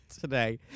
today